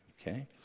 okay